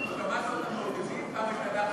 שמעת אותם, למי שלא לומד?